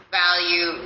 value